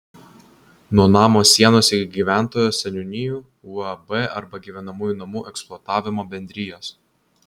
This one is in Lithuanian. nuo namo sienos iki gyventojo seniūnijų uab arba gyvenamųjų namų eksploatavimo bendrijos